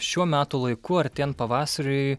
šiuo metų laiku artėjant pavasariui